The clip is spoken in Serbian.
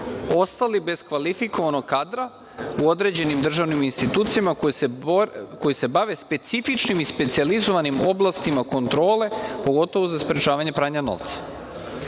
ostali bez kvalifikovanog kadra u određenim državnim institucijama koje se bave specifičnim i specijalizovanim oblastima kontrole, pogotovo za sprečavanje pranja novca. Šta